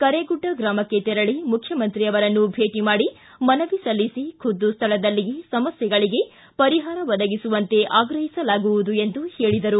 ಕರೇಗುಡ್ಡ ಗ್ರಾಮಕ್ಕೆ ತೆರಳಿ ಮುಖ್ಯಮಂತ್ರಿ ಅವರನ್ನು ಧೇಟ ಮಾಡಿ ಮನವಿ ಸಲ್ಲಿಸಿ ಖುದ್ದು ಸ್ವಳದಲ್ಲಿಯೇ ಸಮಸ್ಥೆಗಳಿಗೆ ಪರಿಹಾರ ಒದಗಿಸುವಂತೆ ಆಗ್ರಹಿಸಲಾಗುವುದು ಎಂದು ಹೇಳಿದರು